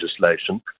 legislation